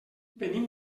venim